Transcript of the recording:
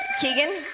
Keegan